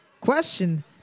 question